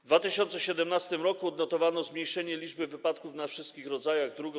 W 2017 r. odnotowano zmniejszenie liczby wypadków na wszystkich rodzajach dróg.